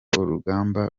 urugamba